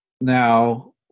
now